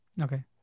okay